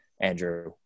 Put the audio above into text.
andrew